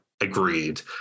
agreed